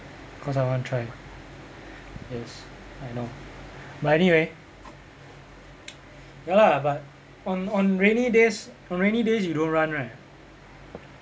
cause I want try yes I know but anyway ya lah but on on rainy days on rainy days you don't run right